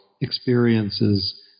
experiences